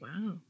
wow